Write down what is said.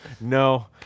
no